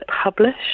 publish